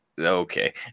Okay